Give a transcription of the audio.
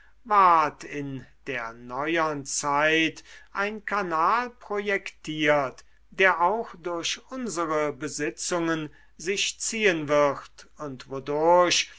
in der neuern zeit ein kanal projektiert der auch durch unsere besitzungen sich ziehen wird und wodurch